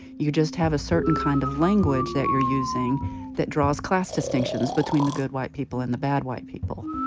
you just have a certain kind of language that you're using that draws class distinctions between the good white people and the bad white people.